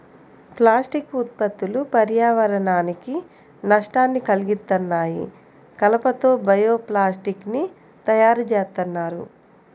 plastic ఉత్పత్తులు పర్యావరణానికి నష్టాన్ని కల్గిత్తన్నాయి, కలప తో బయో ప్లాస్టిక్ ని తయ్యారుజేత్తన్నారు